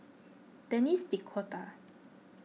Denis D'Cotta